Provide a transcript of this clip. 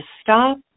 stop